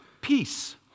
peace